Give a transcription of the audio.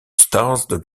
stars